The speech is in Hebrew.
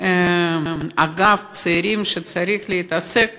יש אגף צעירים שצריך לעסוק